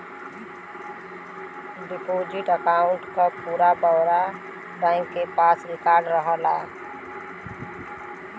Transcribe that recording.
deposit account क पूरा ब्यौरा बैंक के पास रिकार्ड रहला